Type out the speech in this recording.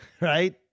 right